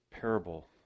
parable